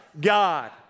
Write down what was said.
God